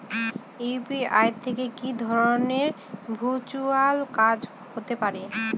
UPI থেকে কি ধরণের ভার্চুয়াল কাজ হতে পারে?